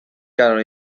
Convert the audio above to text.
kanon